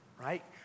right